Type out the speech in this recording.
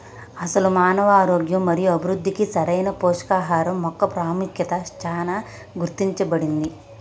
అసలు మానవ ఆరోగ్యం మరియు అభివృద్ధికి సరైన పోషకాహరం మొక్క పాముఖ్యత చానా గుర్తించబడింది